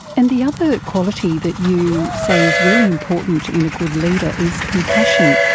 and the other quality that you say is really important in a good leader is compassion.